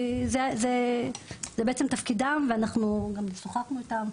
כי זה בעצם תפקידם ואנחנו שוחחנו איתם,